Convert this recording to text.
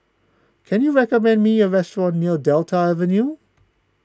can you recommend me a restaurant near Delta Avenue